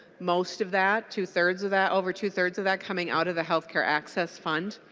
most of that two thirds of that over two thirds of that coming out of the healthcare axis fun.